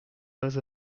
pas